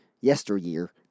yesteryear